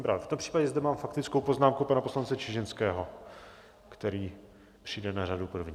V tom případě zde mám faktickou poznámku pana poslance Čižinského, který přijde na řadu první.